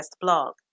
blog